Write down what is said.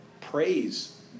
Praise